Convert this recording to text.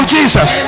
Jesus